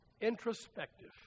introspective